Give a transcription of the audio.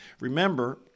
Remember